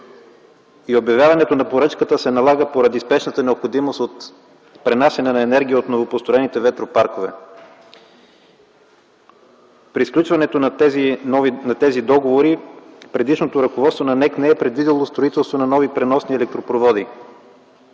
Обявяването на поръчката се налага, поради спешната необходимост от пренасяне на енергия от новопостроените ветропаркове. При сключването на тези договори предишното ръководство на НЕК не е предвидило строителството на нови преносни електропроводи.